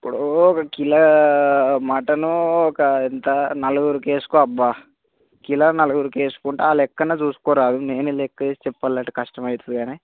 ఇప్పుడు ఒక kilo mutton ఒక ఎంత నలుగురికి వేసుకో అబ్బా కిలో నలుగురికి వేసుకుంటే ఆ లెక్కన చూసుకోరాదు నేను లెక్క వేసి చెప్పాలంటే కష్టం అవుతుంది కానీ